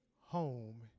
home